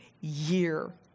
year